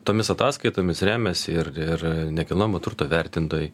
tomis ataskaitomis remiasi ir ir nekilnojamo turto vertintojai